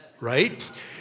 right